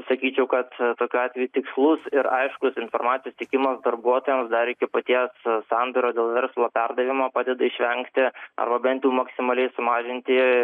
sakyčiau kad tokiu atveju tikslus ir aiškus informacijos teikimas darbuotojams dar iki paties sandorio dėl verslo perdavimo padeda išvengti arba bent jau maksimaliai sumažinti